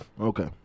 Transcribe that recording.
Okay